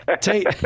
Tate